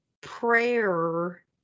prayer